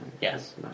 Yes